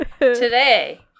Today